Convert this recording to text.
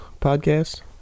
podcast